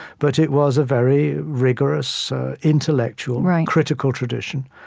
but it was a very rigorous intellectual, critical tradition.